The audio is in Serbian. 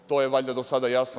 To je valjda do sada jasno.